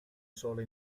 sola